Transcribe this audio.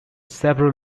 several